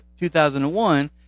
2001